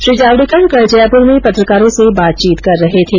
श्री जावडेकर कल जयपुर में पत्रकारों से बातचीत कर रहे थे